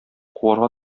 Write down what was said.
куарга